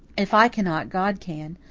if i cannot, god can,